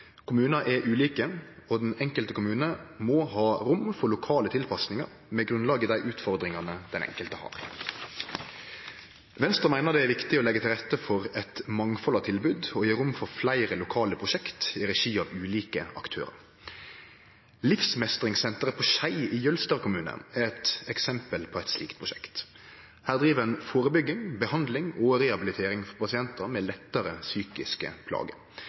Kommunar er ulike, og den enkelte kommune må ha rom for lokale tilpassingar med grunnlag i dei utfordringane den enkelte har. Venstre meiner det er viktig å leggje til rette for eit mangfald av tilbod og gje rom for fleire lokale prosjekt i regi av ulike aktørar. Livsmestringssenteret på Skei i Jølster kommune er eit eksempel på eit slikt prosjekt. Her driv ein førebygging, behandling og rehabilitering for pasientar med lettare psykiske plager.